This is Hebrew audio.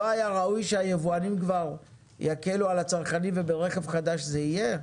לא היה ראוי שהיבואנים כבר יקלו על הצרכנים וברכב חדש זה יהיה?